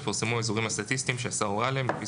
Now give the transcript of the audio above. יפורסמו האזורים הסטטיסטיים שהשר הורה עליהם לפי